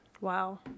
Wow